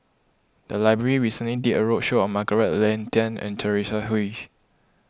the library recently did a roadshow on Margaret Leng Tan and Teresa Hsu